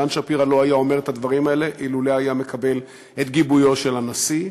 דן שפירו לא היה אומר את הדברים האלה אילולא קיבל את גיבויו של הנשיא,